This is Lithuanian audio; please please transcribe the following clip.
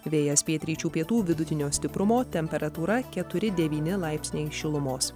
vėjas pietryčių pietų vidutinio stiprumo temperatūra keturi devyni laipsniai šilumos